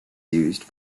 used